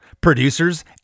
producers